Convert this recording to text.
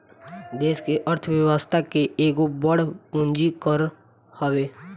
देस के अर्थ व्यवस्था के एगो बड़ पूंजी कर हवे